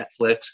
Netflix